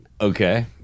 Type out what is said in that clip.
okay